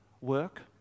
Work